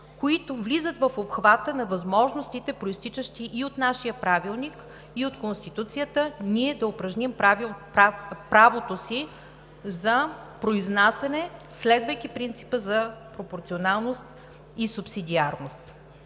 които влизат в обхвата на възможностите, произтичащи и от нашия правилник, и от Конституцията, ние да упражним правото си за произнасяне, следвайки принципа за пропорционалност и субсидиарност.